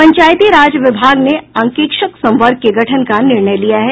पंचायती राज विभाग ने अंकेक्षक संवर्ग के गठन का निर्णय लिया है